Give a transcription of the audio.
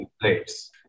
place